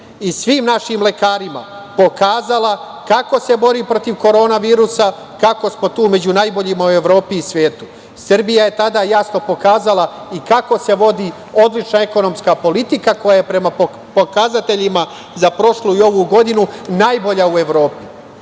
i svim našim lekarima, pokazala kako se bori protiv korona virusa, kako smo tu među najboljima u Evropi i svetu. Srbija je tada jasno pokazala i kako se vodi odlična ekonomska politika koja je prema pokazateljima za prošlu i ovu godinu najbolja u Evropi. Srbija